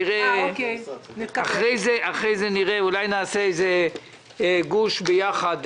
אחרי זה נראה, אולי נעשה איזה גוש יחד,